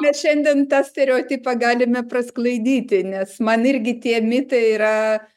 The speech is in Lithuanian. mes šiandien tą stereotipą galime prasklaidyti nes man irgi tie mitai yra